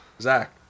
Zach